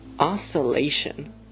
Oscillation